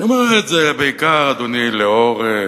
אני אומר את זה בעיקר, אדוני, לאור,